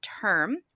term